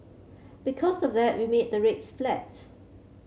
because of that we made the rates flat